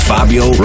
Fabio